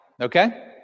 Okay